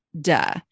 duh